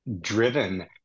driven